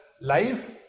life